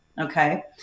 okay